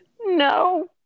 no